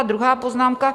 A druhá poznámka.